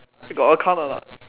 got account or not